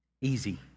easy